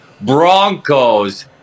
Broncos